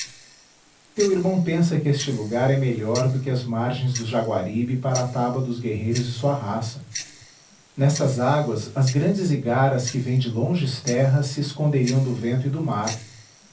teu irmão pensa que este lugar é melhor do que as margens do jaguaribe para a taba dos guerreiros de sua raça nestas águas as grandes igaras que vêm de longes terras se esconderiam do vento e do mar